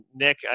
Nick